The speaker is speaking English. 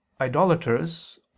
idolaters